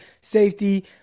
safety